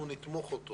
אנחנו נתמוך אותו.